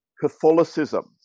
Catholicism